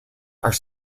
are